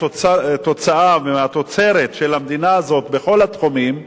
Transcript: מהתוצאה ומהתוצרת של המדינה הזאת בכל התחומים,